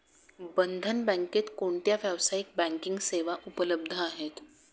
बंधन बँकेत कोणत्या व्यावसायिक बँकिंग सेवा उपलब्ध आहेत?